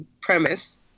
premise